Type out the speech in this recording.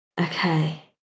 Okay